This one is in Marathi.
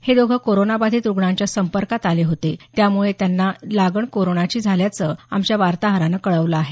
हे दोघं कोरोनाबाधित रुग्णांच्या संपर्कात आले होते त्यामुळे त्यांना लागण कोरोनाची लागण झाल्याचं आमच्या वार्ताहरानं कळवलं आहे